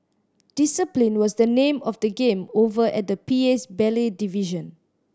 discipline was the name of the game over at the P A's ballet division